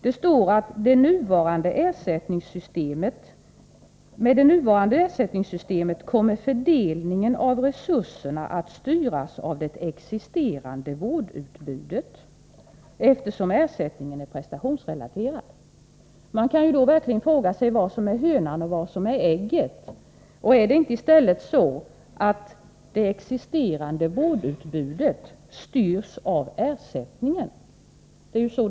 Det står att med det nuvarande ersättningssystemet ”kommer fördelningen av resurserna att styras av det existerande vårdutbudet eftersom ersättningen är prestationsrelaterad”. Man kan då verkligen fråga sig vad som är hönan och vad som är ägget. Är det inte i stället så att det existerande vårdutbudet styrs av ersättningen?